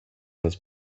his